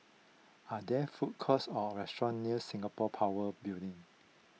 are there food courts or restaurants near Singapore Power Building